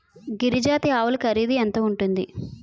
గిరి జాతి ఆవులు ఖరీదు ఎంత ఉంటుంది?